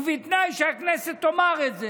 ובתנאי שהכנסת תאמר את זה,